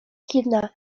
kina